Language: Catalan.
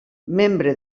membre